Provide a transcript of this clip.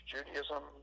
Judaism